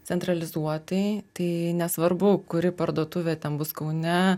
centralizuotai tai nesvarbu kuri parduotuvė ten bus kaune